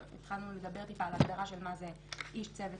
נראה, אולי יש כאן איזה ניסוח יותר